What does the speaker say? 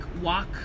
walk